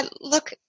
Look